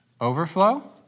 overflow